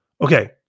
Okay